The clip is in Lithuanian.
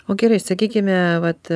o gerai sakykime vat